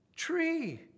tree